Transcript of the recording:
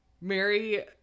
Mary